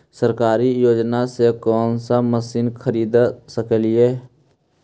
सरकारी योजना से कोन सा मशीन खरीद सकेली?